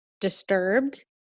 disturbed